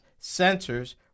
sensors